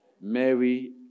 Mary